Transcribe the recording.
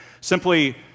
simply